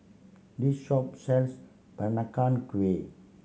this shop sells Peranakan Kueh